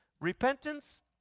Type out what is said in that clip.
Repentance